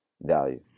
value